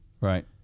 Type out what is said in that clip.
Right